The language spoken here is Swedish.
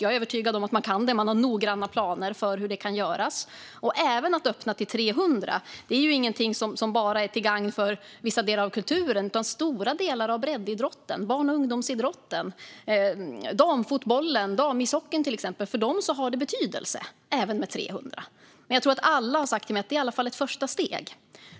Jag är övertygad om att man kan det; man har noggranna planer för hur det kan göras. När det gäller att kunna öppna för 300 är detta till gagn inte bara för vissa delar av kulturen. För stora delar av breddidrotten, barn och ungdomsidrotten, damfotbollen och damishockeyn, till exempel, har det betydelse även med 300. Jag tror att alla har sagt till mig att det i alla fall är ett första steg.